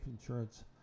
insurance